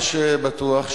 מה שבטוח,